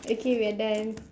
okay we're done